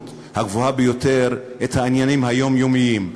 הגבוהה ביותר את העניינים היומיומיים.